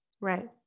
Right